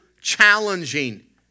challenging